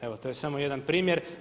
Evo to je samo jedan primjer.